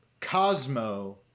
Cosmo